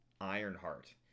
Ironheart